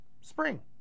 Spring